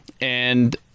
and-